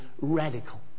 radical